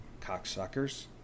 Cocksuckers